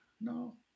no